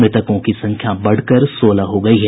मृतकों की संख्या बढ़कर सोलह हो गयी है